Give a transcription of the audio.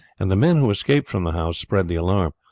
and the men who escaped from the house spread the alarm.